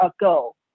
ago